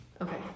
Okay